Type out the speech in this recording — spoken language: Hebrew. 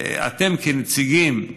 אתם כנציגים,